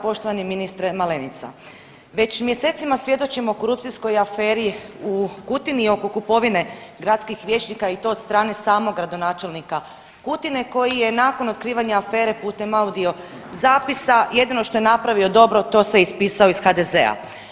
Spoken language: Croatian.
Poštovani ministre Malenica, već mjesecima svjedočimo korupcijskom aferi u Kutini oko kupovine gradskih vijećnika i to od strane samog gradonačelnika Kutine koji je nakon otkrivanja afere putem audio zapisa jedino što je napravio dobro to se ispisao iz HDZ-a.